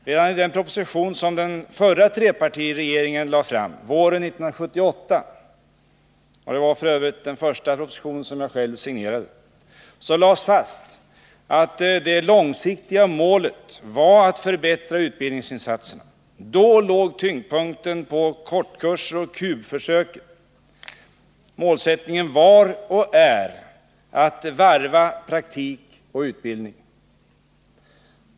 Redan i den proposition som den förra trepartiregeringen lade fram på våren 1978 — det var f. ö. den första proposition som jag själv signerade — lades det fast att det långsiktiga målet var att förbättra utbildningsinsatserna. Då låg tyngdpunkten på kortkurser och KUB-försök. Målsättningen var och är att varva praktik och utbildning.